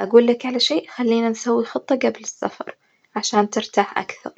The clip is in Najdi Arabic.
أجولك على شئ خلينا نسوي خطة جبل السفر عشان ترتاح أكثر.